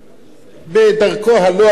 בדרכו הלא-הגונה,